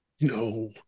No